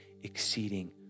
exceeding